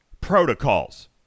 protocols